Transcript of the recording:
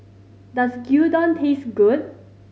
does Gyudon taste good